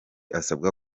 asabwa